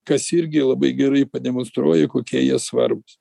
kas irgi labai gerai pademonstruoja kokie jie svarbūs